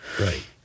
Right